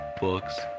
books